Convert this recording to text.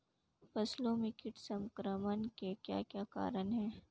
फसलों में कीट संक्रमण के क्या क्या कारण है?